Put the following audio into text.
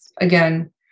again